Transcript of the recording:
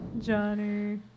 Johnny